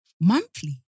monthly